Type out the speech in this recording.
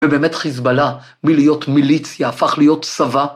‫ובאמת חיזבאללה מלהיות מיליציה ‫הפך להיות צבא.